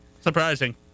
Surprising